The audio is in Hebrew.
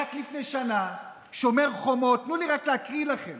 רק לפני שנה, בשומר חומות, תנו לי רק להקריא לכם